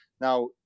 Now